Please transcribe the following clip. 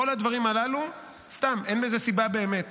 לכל הדברים הללו אין סיבה באמת.